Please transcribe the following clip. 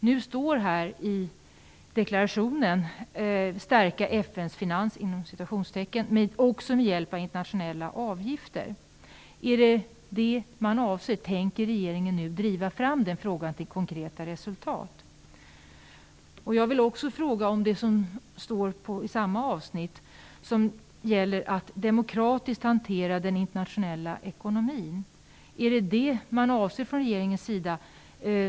Nu talas det i deklarationen om att "stärka FN:s finanser, också med hjälp av internationella avgifter". Är det vad man avser? Tänker regeringen driva den frågan fram till konkreta resultat? I samma avsnitt finns en text om att demokratiskt hantera den internationella ekonomin. Är det vad som avses från regeringens sida?